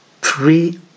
Three